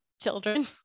children